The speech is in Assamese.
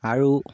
আৰু